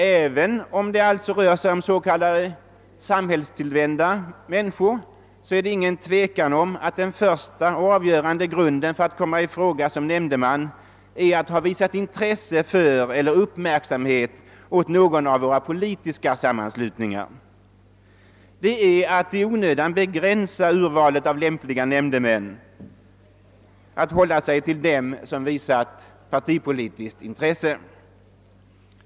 Även om det sålunda här rör sig om s.k. samhällstillvända människor är det inget tvivel om att det första och avgörande villkoret för att komma i fråga som nämndeman är att ha visat intresse för eller att ha ägnat uppmärksamhet åt någon av våra politiska sammanslutningar. Men det är att i onödan begränsa urvalet av lämpliga nämndemän att hålla sig till dem som visat partipolitiskt intresse.